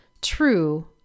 true